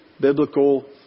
biblical